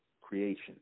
creation